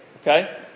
okay